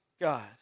God